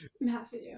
matthew